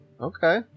Okay